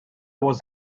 was